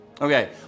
Okay